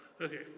Okay